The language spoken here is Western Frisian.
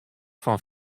fan